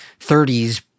30s